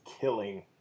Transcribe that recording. killing